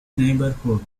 neighbourhood